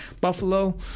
Buffalo